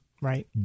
Right